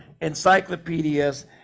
encyclopedias